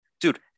Dude